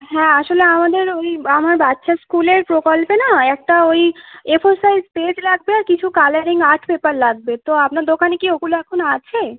হ্যাঁ আসলে আমাদের ওই আমার বাচ্চার স্কুলের প্রকল্পে নয় একটা ওই এফোর সাইজ পেজ লাগবে আর কিছু কালারিং আর্ট পেপার লাগবে তো আপনার দোকানে কি ওগুলো এখন আছে